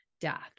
Death